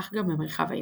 כך גם במרחב האינטרנט.